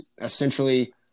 essentially